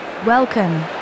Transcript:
Welcome